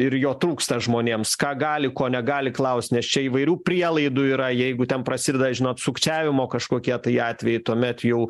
ir jo trūksta žmonėms ką gali ko negali klaust nes čia įvairių prielaidų yra jeigu ten prasideda žinot sukčiavimo kažkokie tai atvejai tuomet jau